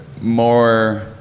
more